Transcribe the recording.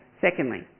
Secondly